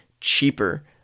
cheaper